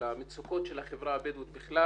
של המצוקות של החברה הבדואית בכלל